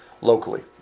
locally